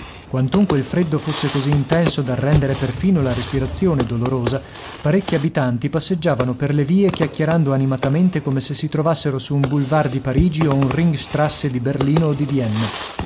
quantunque il freddo fosse così intenso da rendere perfino la respirazione dolorosa parecchi abitanti passeggiavano per le vie chiacchierando animatamente come se si trovassero su un boulevard di parigi o un rintgstrasse di berlino o di vienna